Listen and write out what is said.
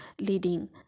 leading